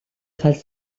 хальс